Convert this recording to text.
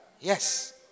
Yes